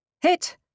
Hit